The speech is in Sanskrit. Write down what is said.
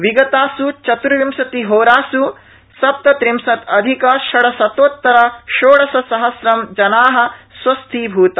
विगतास् चतुर्विंशतिहोरास् सप्तत्रिंशदधिक षड्शतोत्तर षोडशसहस्रं जना स्वस्थीभूता